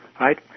right